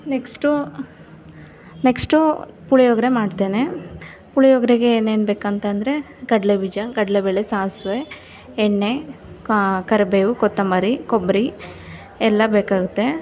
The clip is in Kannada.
ನೆಕ್ಸ್ಟು ನೆಕ್ಸ್ಟು ಪುಳಿಯೊಗರೆ ಮಾಡ್ತೇನೆ ಪುಳಿಯೊಗರೆಗೆ ಏನೇನು ಬೇಕು ಅಂತಂದ್ರೆ ಕಡಲೆಬೀಜ ಕಡಲೆಬೇಳೆ ಸಾಸಿವೆ ಎಣ್ಣೆ ಕರಿಬೇವು ಕೊತ್ತಂಬರಿ ಕೊಬ್ಬರಿ ಎಲ್ಲ ಬೇಕಾಗುತ್ತೆ